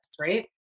right